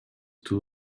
too